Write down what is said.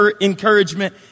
encouragement